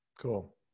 Cool